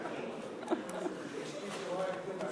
אני כבר לא זוכרת